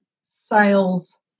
sales